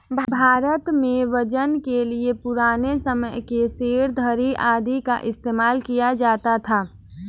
भारत में वजन के लिए पुराने समय के सेर, धडी़ आदि का इस्तेमाल किया जाता था